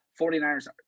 49ers